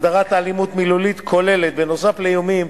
הגדרת אלימות מילולית כוללת נוסף על איומים